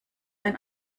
ein